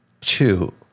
two